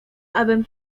abym